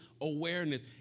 awareness